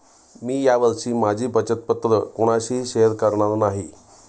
मी या वर्षी माझी बचत पत्र कोणाशीही शेअर करणार नाही